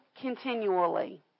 continually